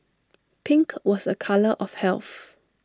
pink was A colour of health